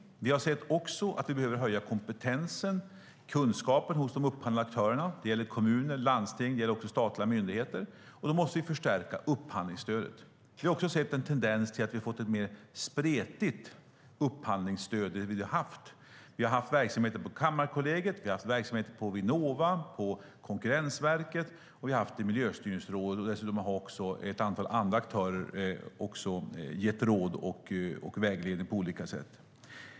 Vi har sett att vi behöver höja kompetensen och kunskapen hos de upphandlande aktörerna. Det gäller kommuner, landsting och också statliga myndigheter. Då måste vi förstärka upphandlingsstödet. Vi har också sett en tendens till att vi har fått ett mer spretigt upphandlingsstöd än vi har haft tidigare. Vi har haft verksamheter vid Kammarkollegiet, Vinnova och Konkurrensverket. Vi har haft Miljöstyrningsrådet, och dessutom har ett antal andra aktörer gett råd och vägledning på olika sätt.